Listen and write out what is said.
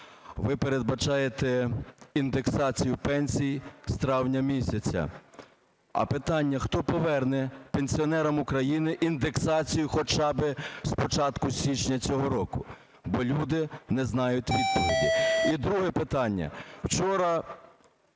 Ви передбачаєте індексацію пенсій з травня місяця. А питання, хто поверне пенсіонерам України індексацію хоча би спочатку січня цього року, бо люди не знають відповіді. І друге питання. Вчора